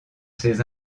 ces